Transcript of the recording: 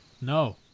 No